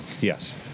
Yes